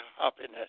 happiness